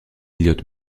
elliott